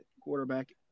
quarterback